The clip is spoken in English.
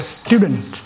student